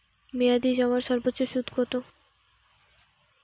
মেয়াদি জমার সর্বোচ্চ সুদ কতো?